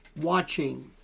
watching